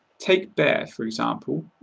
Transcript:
take bare, for example,